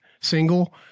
single